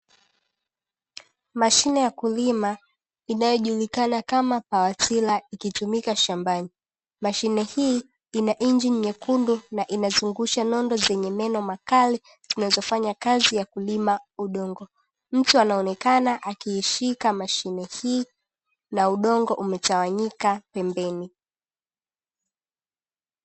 Mashine ya kulima inayojulikana kama pawatira inayotumika shambani, mashine hii ina injini nyekundu na inazungusha nondo zenye meno makali zinazofanya kazi ya kulima udongo. Mtu akionekana kuishika mashine hii na udongo umetawanyika pembeni.